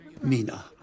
Mina